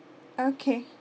okay